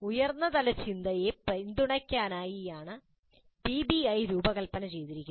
ഉയർന്ന തലചിന്തയെ പിന്തുണയ്ക്കുന്നതിനാണ് പിബിഐ രൂപകൽപ്പന ചെയ്തിരിക്കുന്നത്